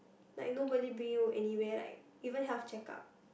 like nobody bring you anywhere like even health checkup